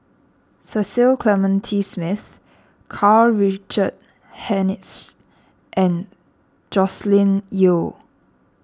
Cecil Clementi Smith Karl Richard Hanitsch and Joscelin Yeo